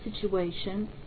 situation